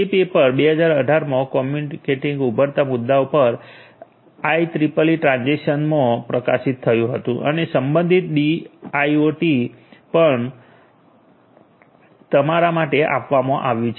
તે પેપર 2018 માં કમ્પ્યુટિંગમાં ઉભરતા મુદ્દાઓ પર આઇઇઇઇ ટ્રાન્ઝેક્શનમાં પ્રકાશિત થયું હતું અને સંબંધિત ડીઓઆઇ પણ તમારા માટે આપવામાં આવ્યું છે